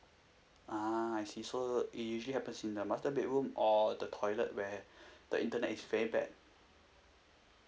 ah I see so it usually happens in the master bedroom or the toilet where the internet is very bad